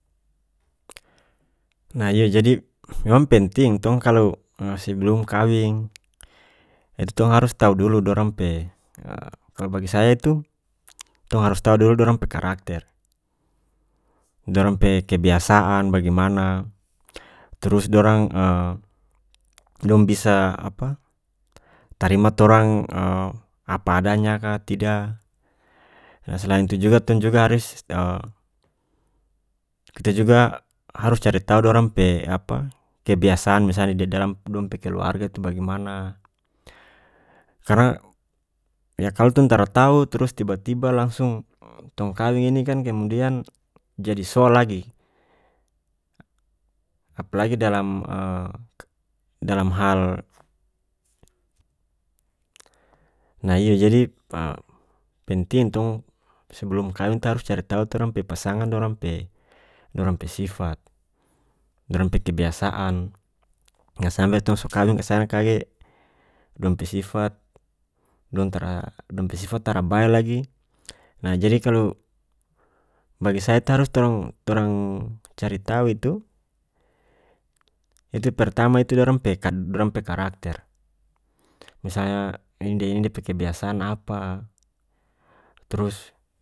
Nah yah jadi memang penting tong kalu sebelum kawing itu tong harus tau dulu dorang pe kalu bagi saya itu tong harus tau dulu dorang pe karakter dorang pe kebiasaan bagimana turus dorang dong bisa apa tarima torang apa adanya ka tida selain itu juga tong juga harus kita juga harus cari tau dorang pe apa kebiasaan misalnya de dalam dong pe keluarga itu bagimana karena yah kalu tong tara tau trus tiba-tiba langsung tong kawing ini kan kemudian jadi soal lagi apalagi dalam dalam hal nah iyo jadi penting tong sebelum kawing tu harus cari tau torang pe pasangan dorang pe dorang pe sifat dorang pe kebiasaan jang sampe tong so kawing kasana kage dong pe sifat dong tara dong pe sifat tara bae lagi nah jadi kalu bagi saya tu harus torang- torang cari tau itu- itu pertama itu dorang pe kad- dorang pe karakter misalnya ini dia ini dia pe kebiasaan apa trus.